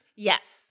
Yes